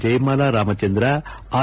Jayamala Ramachandra R